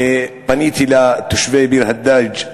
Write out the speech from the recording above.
באותו זמן, ופניתי לתושבי ביר-הדאג'